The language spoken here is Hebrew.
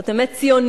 זאת אמת ציונית.